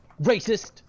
Racist